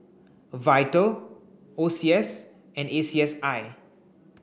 VITAL O C S and A C S I